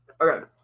Okay